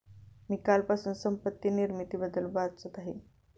मी कालपासून संपत्ती निर्मितीबद्दल वाचत आहे